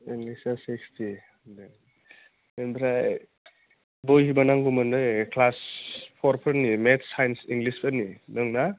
इंलिसआ sixty दे आमफ्राय बहिबो नांगौमोननो क्लास फरफोरनि मेथ्स साइन्स इंलिसफोरनि दं ना